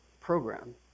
program